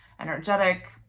energetic